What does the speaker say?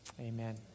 Amen